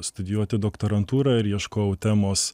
studijuoti doktorantūrą ir ieškojau temos